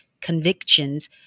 convictions